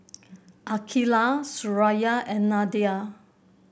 Aqeelah Suraya and Nadia